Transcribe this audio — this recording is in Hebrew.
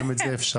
גם את זה אפשר.